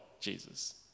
Jesus